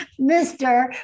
Mr